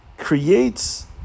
creates